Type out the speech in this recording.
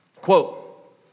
quote